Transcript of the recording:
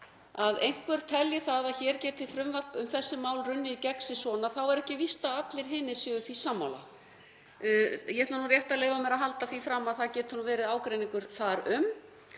að einhver telji að hér geti frumvarp um þessi mál runnið í gegn sisvona þá er ekki víst að allir hinir séu því sammála. Ég ætla rétt að leyfa mér að halda því fram að það geti verið ágreiningur þar um.